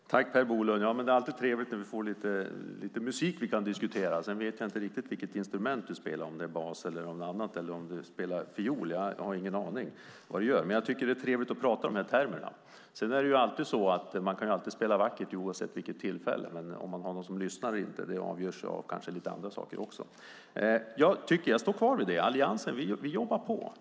Fru talman! Tack, Per Bolund, det är alltid trevligt när vi kan diskutera musik! Sedan vet jag inte riktigt vilket instrument du spelar, bas eller fiol. Jag har ingen aning, men det är trevligt att tala i de termerna. Man kan alltid spela vackert oavsett tillfälle, men om man har någon som lyssnar eller inte avgörs av andra saker. Jag står kvar vid att Alliansen jobbar på.